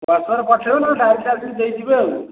ହ୍ଵାଟ୍ସପ୍ରେ ପଠାଇବେ ନହେଲେ ଡାଇରେକ୍ଟ ଆସିକି ଦେଇଯିବେ ଆଉ